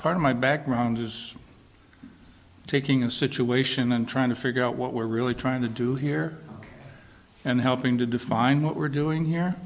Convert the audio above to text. of my background is taking a situation and trying to figure out what we're really trying to do here and helping to define what we're doing here